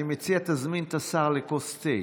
אני מציע שתזמין את השר לכוס תה.